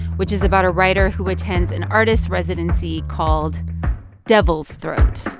which is about a writer who attends an artist's residency called devil's throat